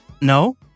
No